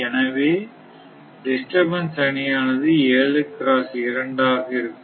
எனவே டிஸ்டர்பன்ஸ் அணியானது 7 x 2 ஆக இருக்கும்